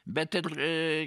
bet ir